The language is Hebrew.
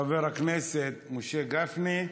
חבר הכנסת משה גפני,